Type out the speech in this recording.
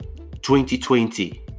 2020